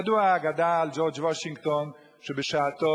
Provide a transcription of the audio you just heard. ידועה האגדה על ג'ורג' וושינגטון שבשעתו,